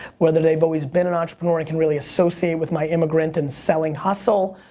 whether they've always been an entrepreneur and can really associate with my immigrant and selling hustle,